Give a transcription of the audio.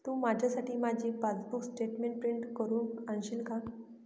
तू माझ्यासाठी माझी passbook statement print करून आणशील का?